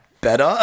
better